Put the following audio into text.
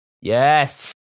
Yes